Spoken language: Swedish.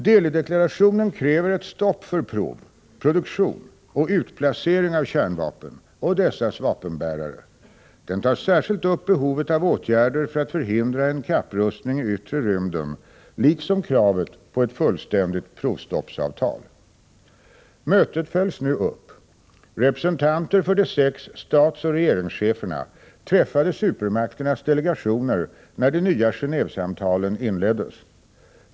Delhideklarationen kräver ett stopp för prov, produktion och utplacering av kärnvapen och dessas vapenbärare. Den tar särskilt upp behovet av åtgärder för att förhindra en kapprustning i yttre rymden, liksom kravet på ett fullständigt provstoppsavtal. Mötet följs nu upp. Representanter för de sex statsoch regeringscheferna träffade supermakternas delegationer när de nya Gen&vesamtalen inleddes.